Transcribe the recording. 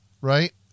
right